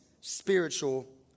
spiritual